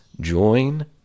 Join